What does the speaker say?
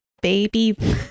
baby